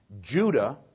Judah